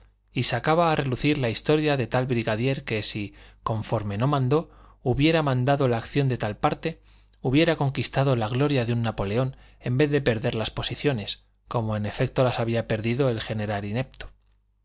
y sacaba a relucir la historia de tal brigadier que si conforme no mandó hubiera mandado la acción de tal parte hubiera conquistado la gloria de un napoleón en vez de perder las posiciones como en efecto las había perdido el general inepto